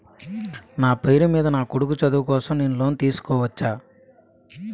నా పేరు మీద నా కొడుకు చదువు కోసం నేను లోన్ తీసుకోవచ్చా?